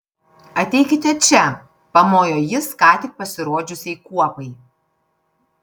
ateikite čia pamojo jis ką tik pasirodžiusiai kuopai